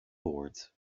boards